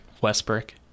Westbrook